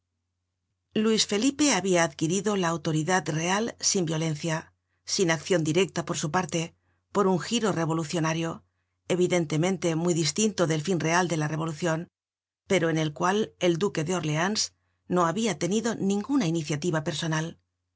luis felipe habia adquirido la autoridad real sin violencia sin accion directa por su parte por un giro revolucionario evidentemente muy distinto del fin real de la revolucion pero en el cual el duque de orleans no habia tenido ninguna iniciativa personal